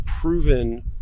proven